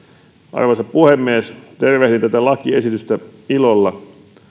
arvoisa puhemies tervehdin tätä lakiesitystä ilolla